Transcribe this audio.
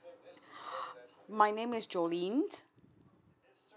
my name is jolene